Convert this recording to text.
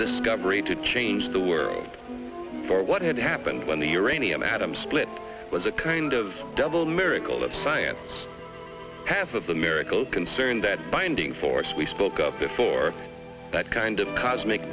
discovery to change the world for what had happened when the uranium atom split was a kind of double miracle of science half of the miracle concerned that binding force we spoke of before that kind of cosmic